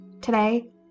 today